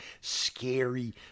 scary